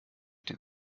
den